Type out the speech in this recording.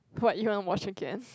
what you want watch again